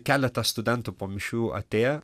keletas studentų po mišių atėję